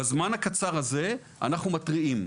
בזמן הקצר הזה אנחנו מתריעים.